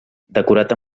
decorat